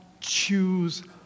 choose